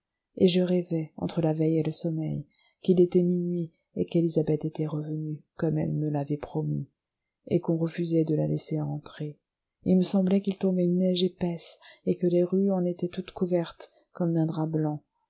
et je rêvai entre la veille et le sommeil qu'il était minuit et qu'élisabeth était revenue comme elle me l'avait promis et qu'on refusait de la laisser entrer il me semblait qu'il tombait une neige épaisse et que les rues en étaient toutes couvertes comme d'un drap blanc